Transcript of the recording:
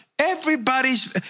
Everybody's